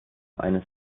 eines